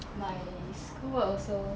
my school also